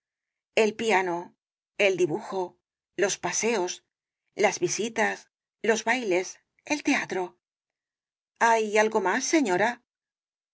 el piano el dibujo los paseos las visitas los bailes el teatro hay algo más señora